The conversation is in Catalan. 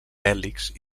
bèl·lics